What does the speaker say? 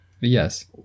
Yes